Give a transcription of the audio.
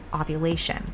ovulation